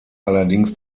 allerdings